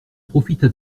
profita